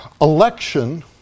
Election